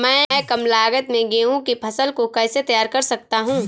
मैं कम लागत में गेहूँ की फसल को कैसे तैयार कर सकता हूँ?